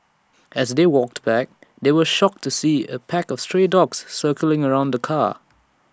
as they walked back they were shocked to see A pack of stray dogs circling around the car